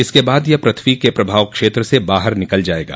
इसके बाद यह पृथ्वी के प्रभाव क्षेत्र से बाहर निकल जाएगा